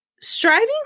striving